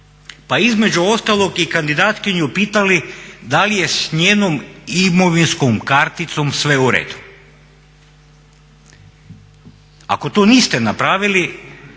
pa između ostalog i kandidatkinju pitali da li je s njenom imovinskom karticom sve u redu. Ako to niste napravili